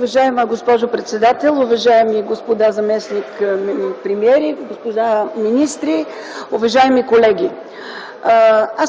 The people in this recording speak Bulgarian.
Уважаема госпожо председател, уважаеми господа заместник-премиери, уважаеми господа министри, уважаеми колеги!